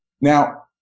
Now